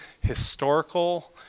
historical